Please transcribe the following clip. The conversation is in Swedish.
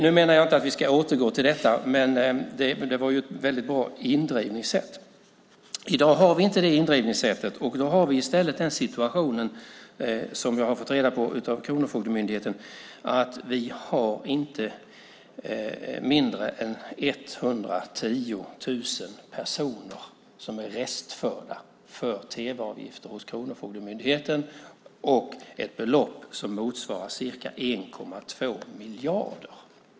Nu menar jag inte att vi ska återgå till detta, men det var ju ett väldigt bra indrivningssätt. I dag har vi inte det indrivningssättet. Vi har i stället den situationen, vilket jag har fått reda på av Kronofogdemyndigheten, att vi har inte mindre än 110 000 personer som är restförda för tv-avgift hos Kronofogdemyndigheten för ett belopp som motsvarar ca 1,2 miljarder.